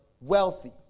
wealthy